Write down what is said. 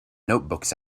notebooks